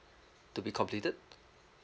to be completed